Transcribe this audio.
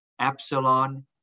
epsilon